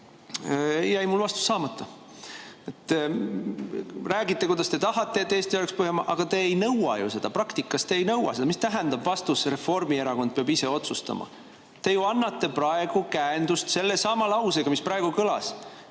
mul jäigi vastus saamata. Räägite, kuidas te tahate, et Eesti oleks Põhjamaa, aga te ei nõua ju seda. Praktikas te ei nõua seda. Mida tähendab vastus, et Reformierakond peab ise otsustama? Te annate praegu käendust sellesama lausega, mis praegu kõlas.